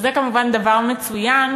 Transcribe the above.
שזה כמובן דבר מצוין,